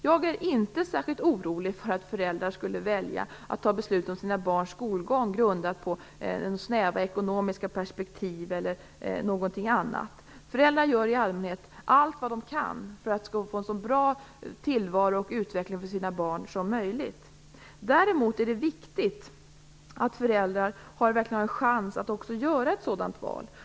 Jag är inte särskilt orolig för att föräldrar skulle välja att fatta beslut om sina barns skolgång grundat på snäva ekonomiska perspektiv eller någonting annat. Föräldrar gör i allmänhet allt vad de kan för att skapa en så bra tillvaro och utveckling som möjligt för sina barn. Däremot är det viktigt att föräldrar verkligen har en chans att också göra ett sådant val.